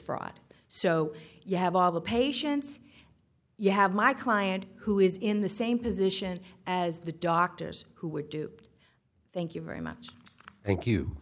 fraud so you have all the patients you have my client who is in the same position as the doctors who were duped thank you very much thank you